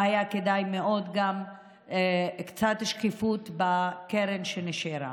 והיה כדאי מאוד גם קצת שקיפות בקרן שנשארה.